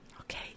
Okay